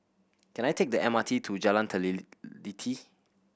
can I take the M R T to Jalan